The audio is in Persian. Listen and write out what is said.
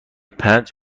پنج